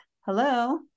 hello